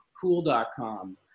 cool.com